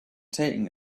taken